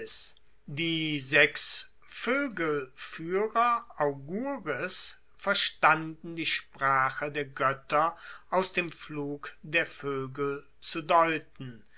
die sechs voegelfuehrer augures verstanden die sprache der goetter aus dem flug der voegel zu deuten